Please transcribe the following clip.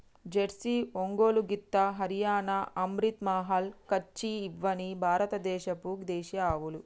Jersey, Ongole గిత్త, హరియాణా, అమ్రిత్ మహల్, కచ్చి ఇవ్వని భారత దేశపు దేశీయ ఆవులు